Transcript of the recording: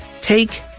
Take